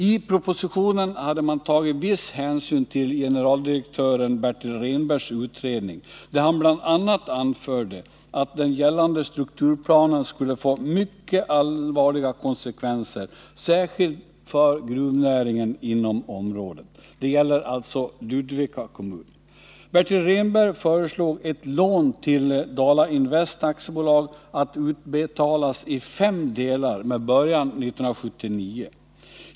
I propositionen hade man tagit viss hänsyn till generaldirektör Bertil Rehnbergs utredning, där denne bl.a. anförde att den gällande strukturplanen skulle få mycket allvarliga konsekvenser, särskilt för gruvnäringen inom området. Det gäller alltså Ludvika kommun. Bertil Rehnberg föreslog ett lån till Dala Invest AB att utbetalas i fem delar med början 1979.